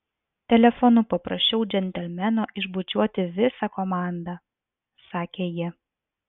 telefonu paprašiau džentelmeno išbučiuoti visą komandą sakė ji